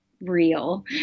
real